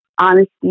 honesty